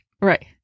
right